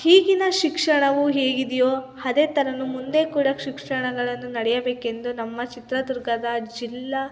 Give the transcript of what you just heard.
ಈಗಿನ ಶಿಕ್ಷಣವು ಹೇಗಿದೆಯೋ ಅದೇ ಥರ ಮುಂದೆ ಕೂಡ ಶಿಕ್ಷಣಗಳನ್ನು ನಡೆಯಬೇಕೆಂದು ನಮ್ಮ ಚಿತ್ರದುರ್ಗದ ಜಿಲ್ಲಾ